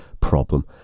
problem